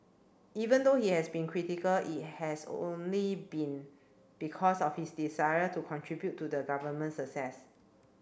even though he has been critical it has only been because of his desire to contribute to the government success